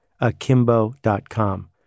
akimbo.com